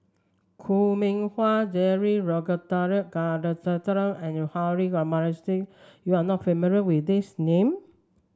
Koh Mui Hiang Julie Ragunathar Kanagasuntheram and Harun Aminurrashid you are not familiar with these name